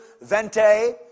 Vente